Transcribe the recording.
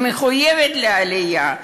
היא מחויבת לעלייה.